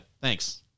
Thanks